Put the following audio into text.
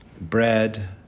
bread